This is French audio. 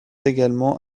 également